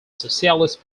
socialist